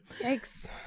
Thanks